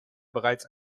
bereits